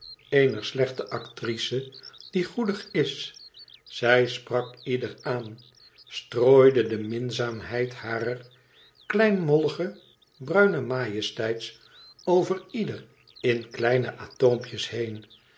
eener slechte actrice die goedig is zij sprak ieder aan strooide de minzaamheid harer klein mollige bruine majesteit over ieder in kleine atoompjes heen